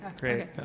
Great